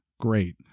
great